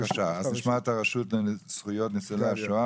-- נשמע את הרשות לזכויות ניצולי השואה,